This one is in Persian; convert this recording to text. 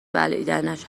بلعیدنش